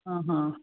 ਹਾਂ ਹਾ